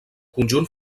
conjunt